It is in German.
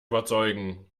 überzeugen